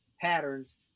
patterns